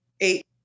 Eight